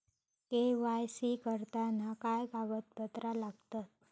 KYC करताना काय कागदपत्रा लागतत?